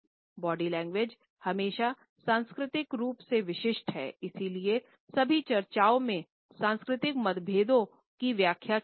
body language हमेशा सांस्कृतिक रूप से विशिष्ट हैं इसलिए सभी चर्चाओं में सांस्कृतिक मतभेदों की व्याख्या की है